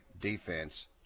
defense